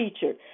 featured